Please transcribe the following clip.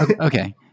Okay